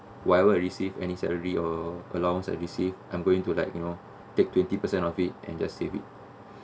whatever I receive any salary or allowance I received I'm going to like you know take twenty percent of it and just save it